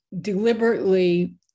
deliberately